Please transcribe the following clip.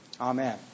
Amen